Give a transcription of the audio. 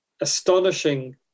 astonishing